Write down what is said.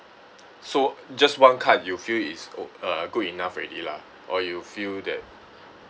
so just one card you feel it's o~ uh good enough already lah or you feel that